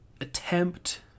attempt